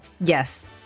Yes